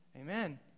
Amen